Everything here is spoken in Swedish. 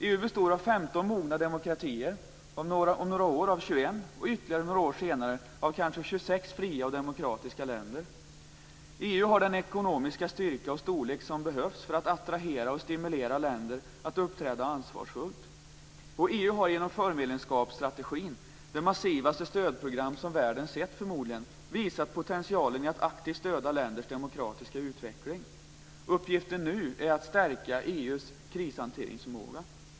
EU består av 15 mogna demokratier, om några år av 21 och ytterligare några år senare kanske av 26 fria och demokratiska länder. EU har den ekonomiska styrka och storlek som behövs för att attrahera och stimulera länder att uppträda ansvarsfullt. EU har också genom förmedlemskapsstrategin, förmodligen det massivaste stödprogram som världen sett, visat potentialen i att aktivt stödja länders demokratiska utveckling. Uppgiften nu är att stärka EU:s krishanteringsförmåga.